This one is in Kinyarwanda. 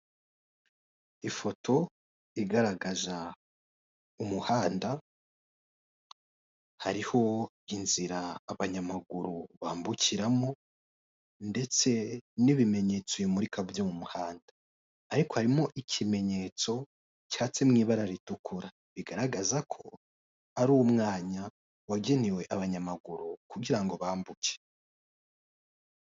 Ifoto igaragaza umuhanda hariho inzira abanyamaguru bambukiramo ndetse n'ibimenyetso bimurika byo mu muhanda ariko harimo ikimenyetso cyatse mu ibara ritukura bigaragaza ko ari umwanya wagenewe abanyamaguru kugira ngo bambuke.